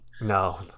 No